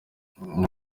nta